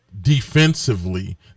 defensively